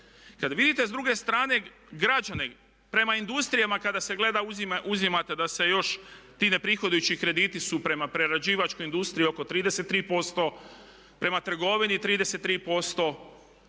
Kad vidite s druge strane građani prema industrijama kada se gleda uzimate da se još ti neprihodujući krediti su prema prerađivačkoj industriji oko 33%, prema trgovini 33%